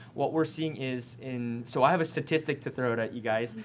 what we're seeing is in so i have a statistic to throw out at you guys.